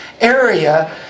area